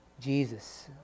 Jesus